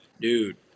dude